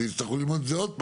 ויצטרכו ללמוד את זה עוד פעם.